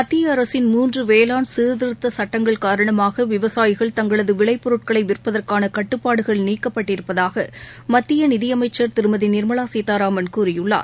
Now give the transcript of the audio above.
மத்திய அரசின் மூன்று வேளாண் சீர்திருத்த சட்டங்கள் காரணமாக விவசாயிகள் தங்களது விளைபொருட்களை விற்பதற்கான கட்டுப்பாடுகள் நீக்கப்பட்டிருப்பதாக மத்திய நிதியமைச்சர் திருமதி நிர்மலா சீதாராமன் கூறியுள்ளார்